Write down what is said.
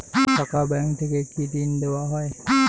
শাখা ব্যাংক থেকে কি ঋণ দেওয়া হয়?